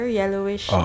yellowish